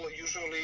usually